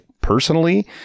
personally